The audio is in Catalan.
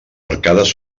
arcades